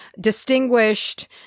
distinguished